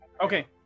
Okay